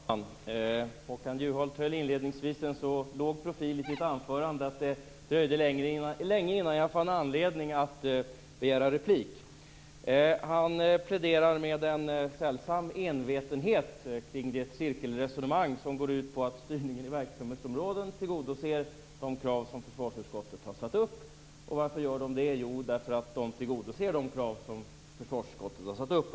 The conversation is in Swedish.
Fru talman! Håkan Juholt höll inledningsvis en så låg profil i sitt anförande att det dröjde länge innan jag fann anledning att begära replik. Han pläderar med en sällsam envetenhet kring det cirkelresonemang som går ut på att styrningen i verksamhetsområden tillgodoser de krav som försvarsutskottet har satt upp. Varför gör de det? Jo, därför att de tillgodoser de krav som försvarsutskottet har satt upp.